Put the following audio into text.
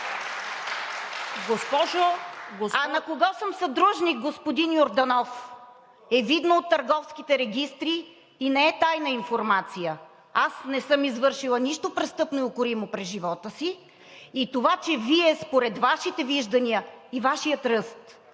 А на кого съм съдружник, господин Йорданов, е видно от търговските регистри и не е тайна информация. Аз не съм извършила нищо престъпно и укоримо през живота си и това, че Вие според Вашите виждания и Вашия ръст